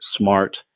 smart